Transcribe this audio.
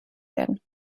werden